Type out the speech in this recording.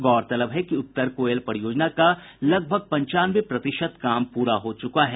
गौरतलब है कि उत्तर कोयल परियोजना का लगभग पंचानवे प्रतिशत काम पूरा हो चुका है